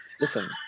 Listen